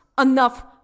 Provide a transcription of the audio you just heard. enough